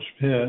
pit